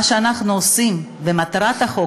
על מה שאנחנו עושים ומטרת החוק,